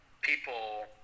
people